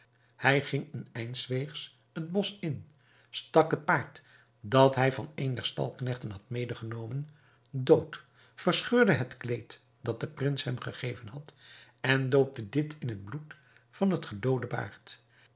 hij ging een eindweegs het bosch in stak het paard dat hij van een der stalknechten had medegenomen dood verscheurde het kleed dat de prins hem gegeven had en doopte dit in het bloed van het gedoode paard